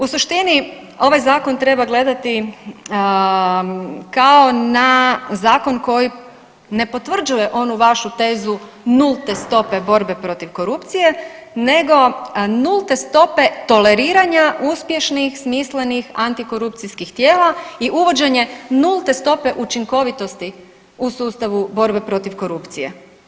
U suštini ovaj zakon treba gledati kao na zakon koji ne potvrđuje onu vašu tezu nulte stope borbe protiv korupcije, nego nulte stope toleriranja uspješnih, smislenih antikorupcijskih tijela i uvođenje nulte stope učinkovitosti u sustavu borbe protiv korupcije.